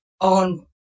on